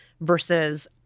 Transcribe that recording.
versus